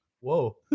Whoa